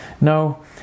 no